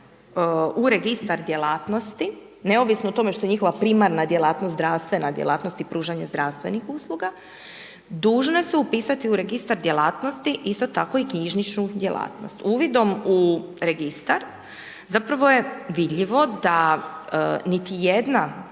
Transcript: u registar djelatnosti neovisno o tome što je njihova primarna djelatnost zdravstvena djelatnost i pružanje zdravstvenih usluga, dužne su upisati u registar djelatnosti isto tako i knjižničnu djelatnost. Uvidom u registar zapravo je vidljivo da niti jedna